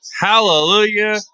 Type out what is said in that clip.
Hallelujah